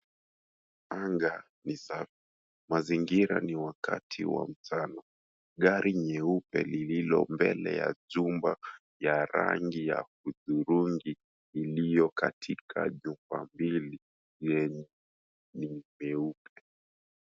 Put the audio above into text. Anga ni safi. Mazingira ni wakati wa mchana. Gari nyeupe lililo mbele ya jumba ya rangi ya hudhurungi iliyo katika jumba mbili yenye ni meupe.